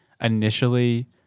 initially